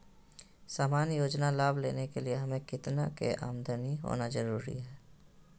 सामान्य योजना लाभ लेने के लिए हमें कितना के आमदनी होना जरूरी है?